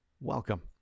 welcome